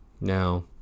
Now